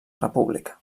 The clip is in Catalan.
república